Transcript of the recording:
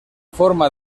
forma